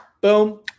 boom